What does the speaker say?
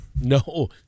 No